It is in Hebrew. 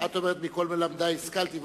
את אומרת: מכל מלמדי השכלתי,